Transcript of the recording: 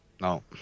No